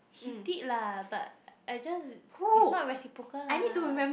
he did lah but I just it's not reciprocal lah